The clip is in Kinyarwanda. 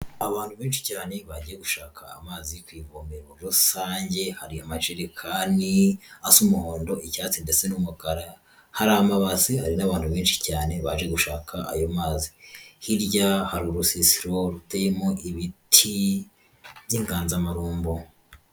Abantu benshi cyane bagiye gushaka amazi ku ivomero rusange, hari amajerekani asa umuhondo, icyatsi ndetse n'umukara, hari amabase, hari n'abantu benshi cyane baje gushaka ayo mazi, hirya hari urusisiro ruteyemo ibiti by'inganzamarumbo.